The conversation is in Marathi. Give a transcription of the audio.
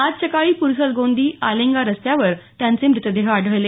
आज सकाळी प्रसलगोंदी आलेंगा रस्त्यावर त्यांचे म्रतदेह आढळले